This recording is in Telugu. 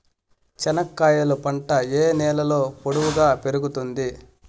చెనక్కాయలు పంట ఏ నేలలో పొడువుగా పెరుగుతుంది?